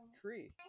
tree